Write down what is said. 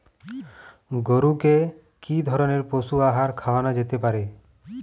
গরু কে কি ধরনের পশু আহার খাওয়ানো যেতে পারে?